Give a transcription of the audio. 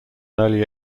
early